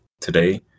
Today